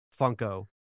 Funko